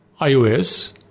ios